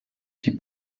die